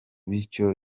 bityo